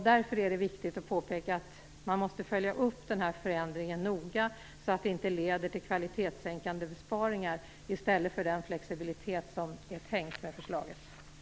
Därför är det viktigt att påpeka att man måste följa upp denna förändring noga, så att den inte leder till kvalitetssänkande besparingar i stället för till den flexibilitet som den enligt förslaget är tänkt att göra.